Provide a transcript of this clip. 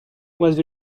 was